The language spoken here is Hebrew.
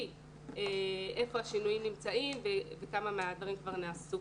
היכן השינויים נמצאים וכמה מהדברים כבר נעשו.